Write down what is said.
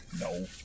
No